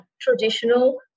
traditional